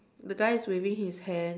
the guy is waving his hand